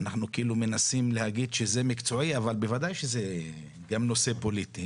אנחנו כאילו מנסים להגיד שזה מקצועי אבל בוודאי שזה גם נושא פוליטי.